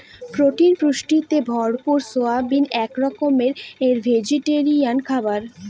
protein পুষ্টিতে ভরপুর soybean এক রকমের ভেজিটেরিয়ান খাবার